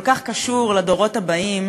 כל כך קשור לדורות הבאים